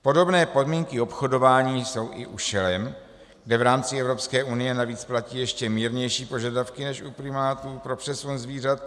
Podobné podmínky obchodování jsou i u šelem, kde v rámci Evropské unie navíc platí ještě mírnější požadavky než u primátů pro přesun zvířat.